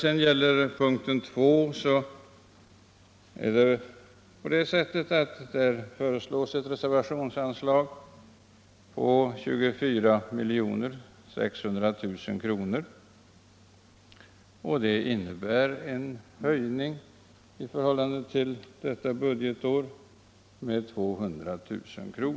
Under punkten 2 föreslås ett reservationsanslag på 24 600 000 kr., och det innebär en höjning i förhållande till innevarande budgetår med 200 000 kr.